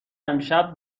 امشب